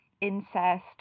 incest